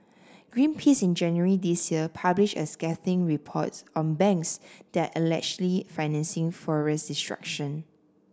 Greenpeace in January this year published a scathing report on banks that are allegedly financing forest destruction